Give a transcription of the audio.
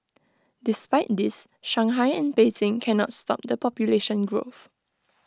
despite this Shanghai and Beijing cannot stop the population growth